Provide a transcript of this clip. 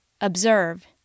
observe